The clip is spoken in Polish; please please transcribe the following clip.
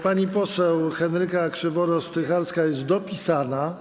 Pani poseł Henryka Krzywonos-Strycharska jest dopisana.